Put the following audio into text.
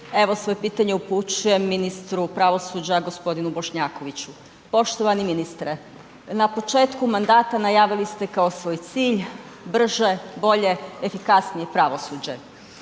evo svoje pitanje upućujem ministru pravosuđa g. Bošnjakoviću. Poštovani ministre, na početku mandata najavili ste kao svoj cilj brže, bolje, efikasnije pravosuđe.